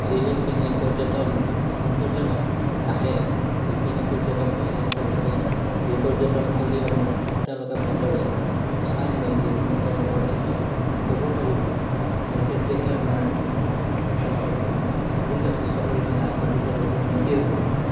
যি সেইখিনি পৰ্যটন পৰ্যটক আহে যিখিনি পৰ্যটক আহে তেওঁলোকে এই পৰ্যটন থলীসমূহ তেওঁলোকে ভালদৰে চাই মেলি তেওঁলোকৰ দেশত ক'ব পাৰিব আৰু তেতিয়াহে আমাৰ ঠাইখন আৰু যথেষ্ট পৰিমাণে আগবাঢ়ি যাব উন্নতি হ'ব